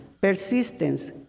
persistence